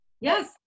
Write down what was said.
Yes